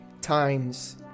times